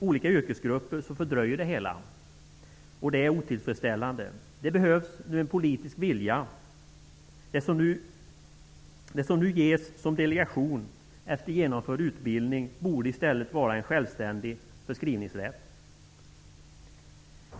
olika yrkesgrupper som fördröjer det hela. Det är otillfredsställande. Det behövs en politisk vilja. Det som nu ges som delegation, efter genomförd utbildning, borde i stället vara en självständig förskrivningsrätt.